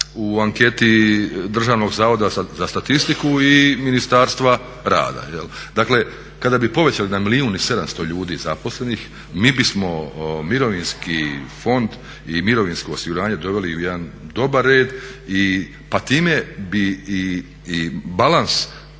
u anketi Državnog zavoda za statistiku i Ministarstva rada. Dakle, kada bi povećali na 1 milijuna i 700 tisuća ljudi zaposlenih mi bi smo Mirovinski fond i mirovinsko osiguranje doveli u jedan dobar red, pa time bi i balans